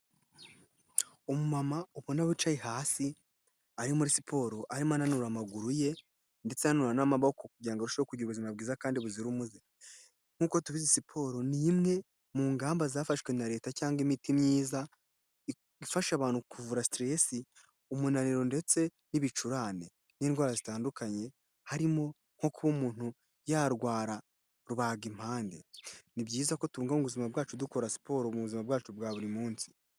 Umumama ubona wicaye hasi, ari muri siporo arimo ananura amaguru ye, ndetse ananura n'amaboko kugira ngo arusheho kugira ubuzima bwiza kandi buzira umuze, nkuko tubizi siporo, ni imwe mu ngamba zafashwe na Leta, cyangwa imiti myiza, ifasha abantu kuvura stress, umunaniro ndetse n'ibicurane n'indwara zitandukanye, harimo nko kuba umuntu yarwara rubagimpande, ni byiza ko tubungabunga ubuzima bwacu dukora siporo mu buzima bwacu bwa buri munsi.